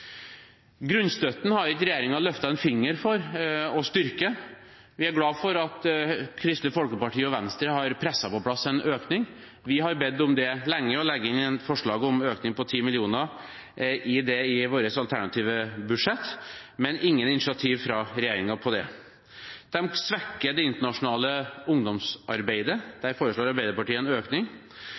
Grunnstøtten har ikke regjeringen løftet en finger for å styrke. Vi er glade for at Kristelig Folkeparti og Venstre har presset på plass en økning – vi har bedt om det lenge og legger inn forslag om en økning på 10 mill. kr i vårt alternative budsjett – men det er ingen initiativ fra regjeringen på dette området. Regjeringen svekker det internasjonale ungdomsarbeidet, der foreslår Arbeiderpartiet en økning.